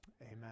Amen